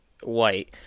white